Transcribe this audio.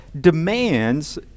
demands